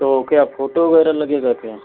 तो क्या फोटो वग़ैरह लगेगा क्या